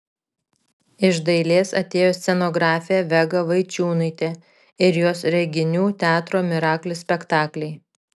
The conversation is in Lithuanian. iš dailės atėjo scenografė vega vaičiūnaitė ir jos reginių teatro miraklis spektakliai